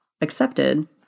accepted